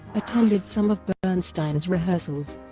attended some of bernstein's rehearsals.